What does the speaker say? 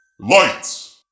Lights